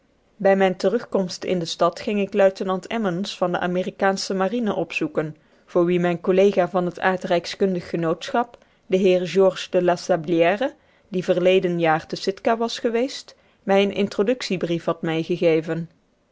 bij mijne terugkomst in de stad ging ik luitenant emmons van de amerikaansche marine opzoeken voor wien mijn collega van het aardrijkskundig genootschap de heer george de la sablière die verleden jaar te sitka was geweest mij eenen